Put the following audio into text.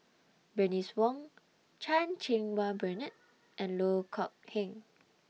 Bernice Wong Chan Cheng Wah Bernard and Loh Kok Heng